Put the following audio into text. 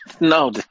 No